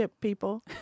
people